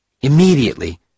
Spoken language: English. Immediately